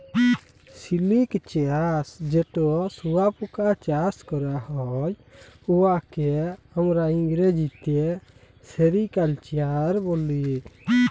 সিলিক চাষ যেট শুঁয়াপকা চাষ ক্যরা হ্যয়, উয়াকে আমরা ইংরেজিতে সেরিকালচার ব্যলি